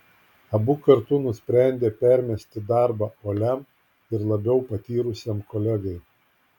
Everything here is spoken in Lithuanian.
abu kartu nusprendė permesti darbą uoliam ir labiau patyrusiam kolegai